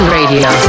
Radio